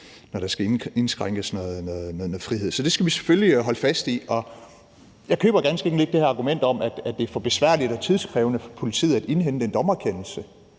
når der skal ske en indskrænkelse i nogens frihed. Så det skal vi selvfølgelig holde fast i. Jeg køber ganske enkelt ikke argumentet om, at det er for besværligt og tidskrævende for politiet at indhente en dommerkendelse.